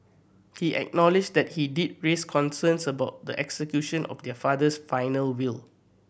he acknowledged that he did raise concerns about the execution of their father's final will